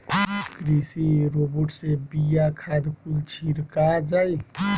कृषि रोबोट से बिया, खाद कुल छिड़का जाई